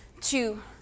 two